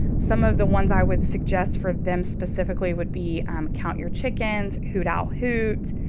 some of the ones i would suggest for them specifically would be um count your chickens who now hoot.